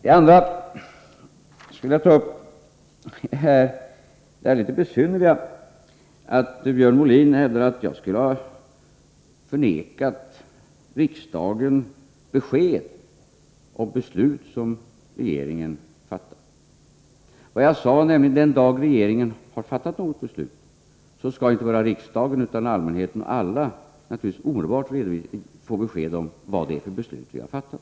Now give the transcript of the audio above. En annan sak som jag skulle vilja ta upp är Björn Molins något besynnerliga påstående att jag skulle ha förvägrat riksdagen besked om beslut som regeringen fattar. Vad jag sade var att den dag regeringen har fattat något beslut så skall inte bara riksdagen utan också allmänheten — ja, alla — naturligtvis omedelbart få besked om vad det är för beslut vi har fattat.